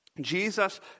Jesus